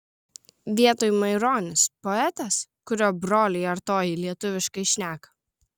vietoj maironis poetas kurio broliai artojai lietuviškai šneka